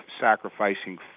sacrificing